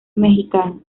mexicano